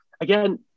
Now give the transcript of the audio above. again